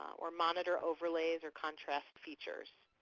or monitor overlays or contrast features.